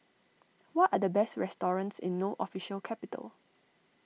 what are the best restorings in No Official Capital